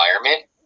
environment